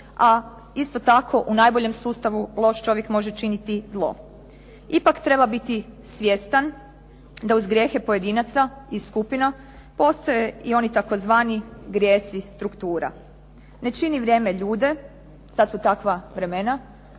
a isto tako u najboljem sustavu loš čovjek može činiti zlo. Ipak treba biti svjestan da uz grijehe pojedinaca i skupina postoje i oni tzv. grijesi struktura. Ne čini vrijeme ljude, sad su takva vremena,